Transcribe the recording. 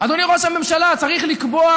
אדוני ראש הממשלה, צריך לקבוע,